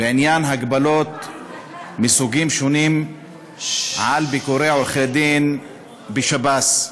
בעניין הגבלות מסוגים שונים על ביקורי עורכי-דין בשב"ס,